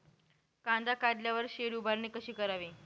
कांदा काढल्यावर शेड उभारणी कशी करावी?